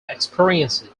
experiencing